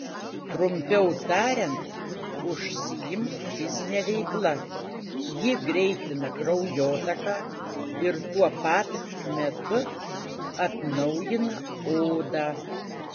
trumpiau tariant užsiimk fizine veikla ji greitina kraujotaką ir tuo pat metu atnaujina odą